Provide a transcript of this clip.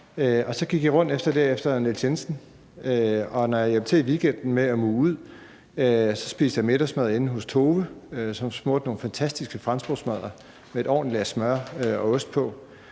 Så gik jeg rundt der efter Niels Jensen, og når jeg hjalp til i weekenden med at muge ud, spiste jeg middagsmad inde hos Tove, som smurte nogle fantastiske franskbrødsmadder med et ordentligt lag smør og ost på.